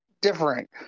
different